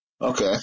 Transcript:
okay